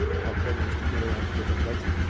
and important it is to get around to different places.